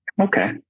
Okay